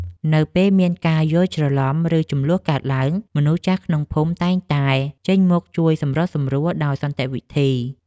នៅពេលមានការយល់ច្រឡំ ឬជម្លោះកើតឡើង មនុស្សចាស់ក្នុងភូមិតែងតែចេញមុខជួយសម្រុះសម្រួលដោយសន្តិវិធី។